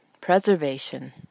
preservation